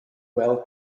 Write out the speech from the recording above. well